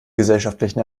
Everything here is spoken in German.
gesellschaftlichen